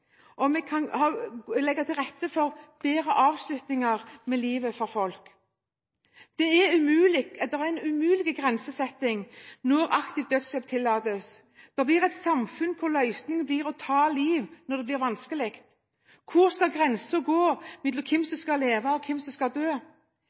vi kan legge til rette for bedre avslutninger på livet for folk. Det er en umulig grensesetting når aktiv dødshjelp tillates. Det blir et samfunn hvor løsningen blir å ta liv når det blir vanskelig. Hvor skal grensen gå mellom hvem